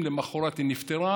ולמוחרת היא נפטרה.